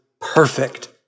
perfect